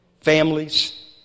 Families